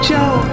Joe